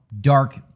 dark